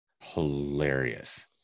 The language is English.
hilarious